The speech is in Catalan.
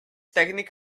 tècnic